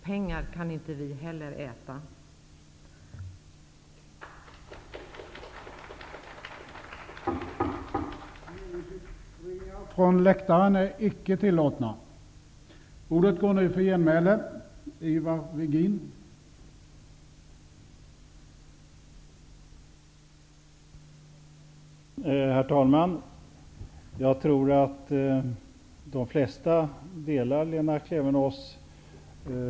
Pengar kan vi heller inte äta.